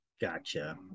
Gotcha